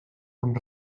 amb